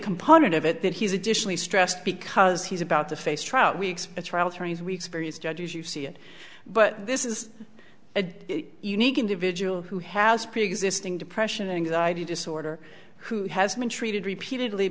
component of it that he's additionally stressed because he's about to face trial weeks a trial attorneys we experience judges you see it but this is a unique individual who has preexisting depression anxiety disorder who has been treated repeatedly